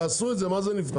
תעשו את זה, מה זה נבחן?